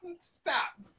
Stop